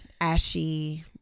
ashy